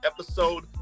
Episode